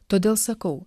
todėl sakau